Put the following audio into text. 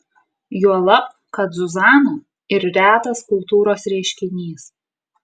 juolab kad zuzana ir retas kultūros reiškinys